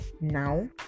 now